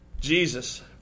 Jesus